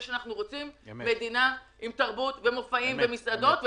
שאנחנו רוצים מדינה עם תרבות ומופעים ומסעדות,